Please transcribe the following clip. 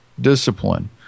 discipline